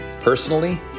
Personally